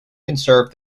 conserved